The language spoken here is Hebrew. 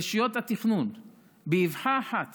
רשויות התכנון באבחה אחת